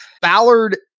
Ballard